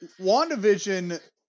WandaVision